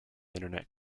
internet